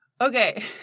Okay